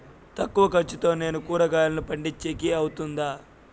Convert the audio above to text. తక్కువ ఖర్చుతో నేను కూరగాయలను పండించేకి అవుతుందా?